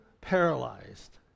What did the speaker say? paralyzed